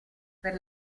per